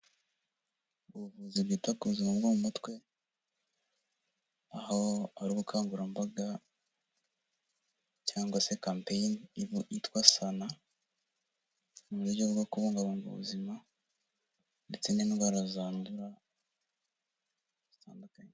Ubuvuzi bwita ku buzima bwo mu mutwe aho hari ubukangurambaga cyangwa se campain yitwa sana mu buryo bwo kubungabunga ubuzima ndetse n'indwara zandura zitandukanye.